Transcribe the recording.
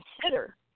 consider